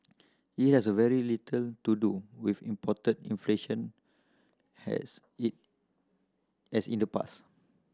it has very little to do with imported inflation has in as in the past